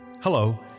Hello